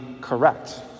correct